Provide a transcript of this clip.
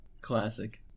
classic